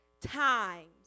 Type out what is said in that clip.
times